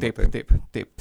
taip taip taip